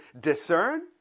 discern